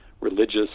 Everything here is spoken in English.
religious